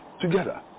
together